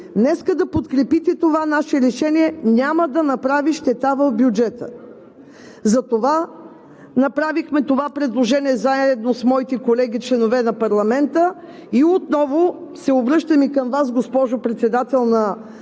днес да подкрепите това наше решение – няма да направи щета в бюджета. Затова направихме това предложение заедно с моите колеги – членове на парламента. Отново се обръщам и към Вас, госпожо Председател на